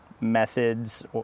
methods